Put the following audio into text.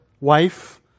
wife